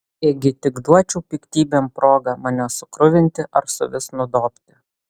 ėgi tik duočiau piktybėm progą mane sukruvinti ar suvis nudobti